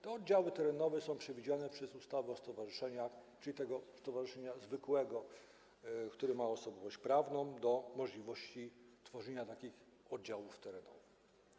Te oddziały terenowe są przewidziane przez ustawę o stowarzyszeniach w przypadku stowarzyszenia zwykłego, które ma osobowość prawną i możliwość tworzenia takich oddziałów terenowych.